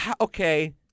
okay